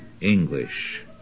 English